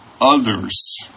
others